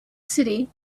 city